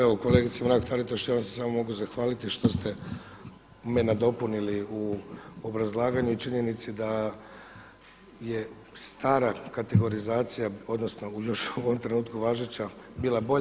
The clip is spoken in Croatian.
Evo kolegice Mrak-Taritaš ja vam se samo mogu zahvaliti što ste me nadopunili u obrazlaganju i činjenici da je stara kategorizacija, odnosno još u ovom trenutku važeća, bila bolja.